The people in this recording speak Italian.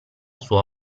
sua